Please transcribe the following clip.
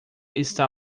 está